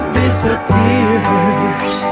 disappears